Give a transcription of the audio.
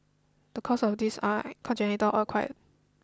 the cause of this are congenital or acquired